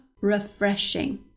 refreshing